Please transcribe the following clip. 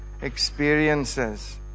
experiences